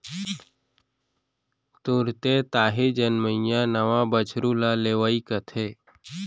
तुरते ताही जनमइया नवा बछरू ल लेवई कथें